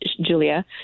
Julia